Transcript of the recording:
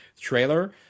trailer